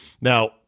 Now